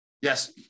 yes